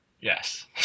yes